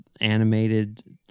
animated